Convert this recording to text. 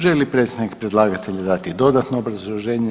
Želi li predstavnik predlagatelja dati dodatno obrazloženje?